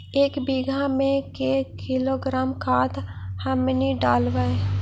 एक बीघा मे के किलोग्राम खाद हमनि डालबाय?